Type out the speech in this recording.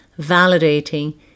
validating